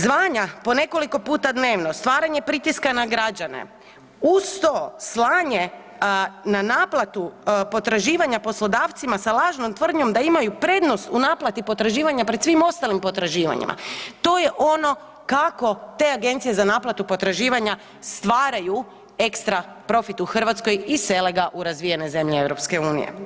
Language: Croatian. Zvanja po nekoliko puta dnevno, stvaranje pritiska na građane, uz to slanje na naplatu potraživanja poslodavcima sa lažnom tvrdnjom da imaju prednost u naplati potraživanja pred svim ostalim potraživanjima, to je ono kako te agencije za naplatu potraživanja stvaraju ekstra profit u Hrvatskoj i sele ga u razvijene zemlje EU.